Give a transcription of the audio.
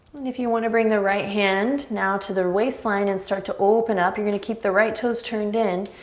if you wanna bring the right hand now to the waistline and start to open up, you're gonna keep the right toes turned in.